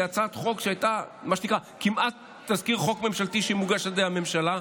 היא הצעת חוק שהייתה כמעט תזכיר ממשלתי שמוגש על ידי הממשלה.